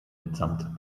mitsamt